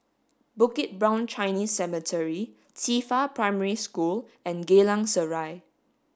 Bukit Brown Chinese Cemetery Qifa Primary School and Geylang Serai